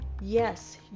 yes